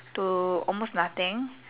to almost nothing